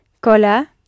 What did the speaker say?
Cola